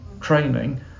training